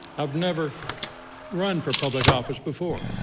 i've never run for public office before.